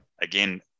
again